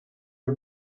you